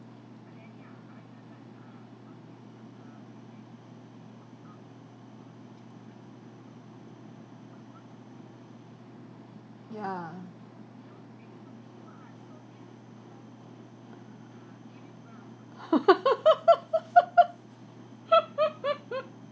ya